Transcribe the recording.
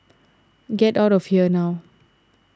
get out of here now